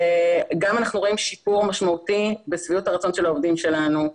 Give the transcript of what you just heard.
שגם אנחנו רואים שיפור משמעותי בשביעות הרצון של העובדים שלנו,